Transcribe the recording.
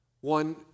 One